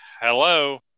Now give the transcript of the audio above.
hello